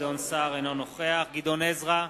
אינו נוכח גדעון עזרא,